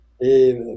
et